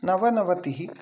नवनवतिः